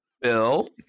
Bill